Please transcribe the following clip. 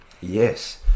yes